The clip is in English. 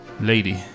lady